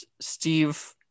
Steve